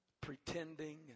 pretending